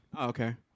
Okay